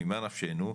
ממה נפשנו,